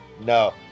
no